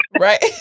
Right